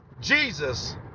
Jesus